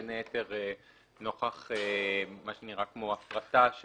בין היתר נוכח מה שנראה כמו הפרטה של